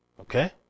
Okay